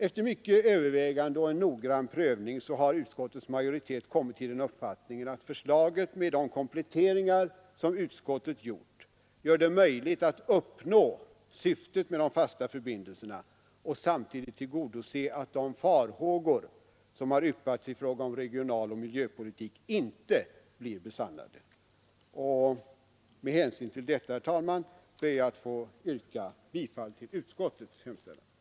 Efter mycket övervägande och en noggrann prövning har utskottets majoritet kommit till uppfattningen att förslaget, med de kompletteringar som utskottet gjort, gör det möjligt att uppnå syftet med de fasta förbindelserna och samtidigt se till att de farhågor som yppats i fråga om regionaloch miljöpolitik inte blir besannade. Med hänsyn till detta ber jag, herr talman, att få yrka bifall till utskottets hemställan.